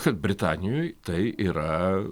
kad britanijoj tai yra